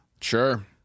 Sure